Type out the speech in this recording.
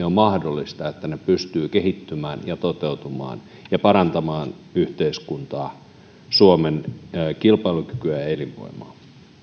on mahdollista pystyä kehittymään ja toteutumaan ja parantamaan yhteiskuntaa suomen kilpailukykyä ja elinvoimaa